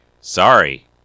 Sorry